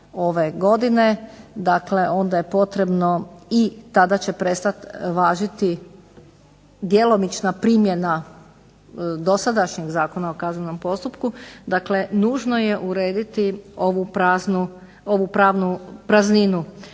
ove godine. Dakle, onda je potrebno i tada će prestati važiti djelomična primjena dosadašnjeg Zakona o kaznenom postupku. Dakle, nužno je urediti ovu pravnu prazninu